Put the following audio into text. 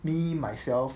me myself